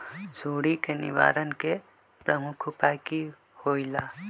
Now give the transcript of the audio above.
सुडी के निवारण के प्रमुख उपाय कि होइला?